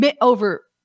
over